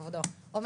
כבודו,